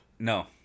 No